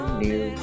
new